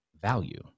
value